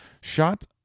Shot